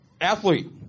Athlete